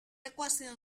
ecuación